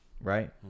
right